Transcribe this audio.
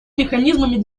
механизмами